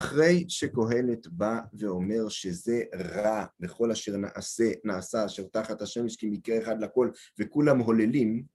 אחרי שקהלת בא ואומר שזה רע בכל אשר נעשה אשר תחת השמש כי מקרה אחד לכל וכולם הוללים